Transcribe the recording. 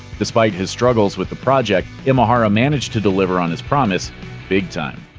despite his struggles with the project, imahara managed to deliver on his promise big time.